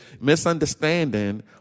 misunderstanding